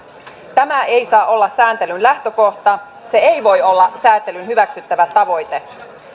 tämä ei saa olla sääntelyn lähtökohta se ei voi olla sääntelyn hyväksyttävä tavoite